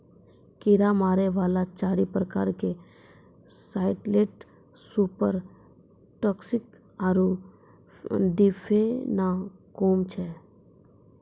कीड़ा मारै वाला चारि प्रकार के साइलेंट सुपर टॉक्सिक आरु डिफेनाकौम छै